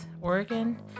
Oregon